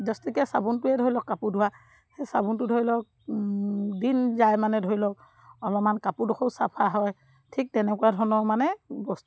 দহটকীয়া চাবোনটোৱে ধৰি লওক কাপোৰ ধোৱা সেই চাবোনটো ধৰি লওক দিন যায় মানে ধৰি লওক অলপমান কাপোৰডোখৰো চাফা হয় ঠিক তেনেকুৱা ধৰণৰ মানে বস্তু